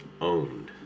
owned